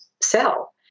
sell